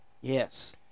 Yes